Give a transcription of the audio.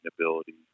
ability